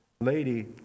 lady